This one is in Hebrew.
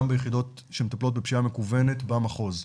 ביחידות שמטפלות בפשיעה מקוונת במחוז,